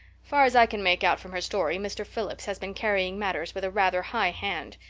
far as i can make out from her story, mr. phillips has been carrying matters with a rather high hand.